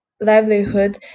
livelihood